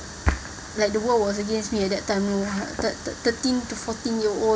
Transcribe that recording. like the world was against me at that time you know thirt~ thirteen to fourteen year old